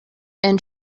and